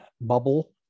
bubble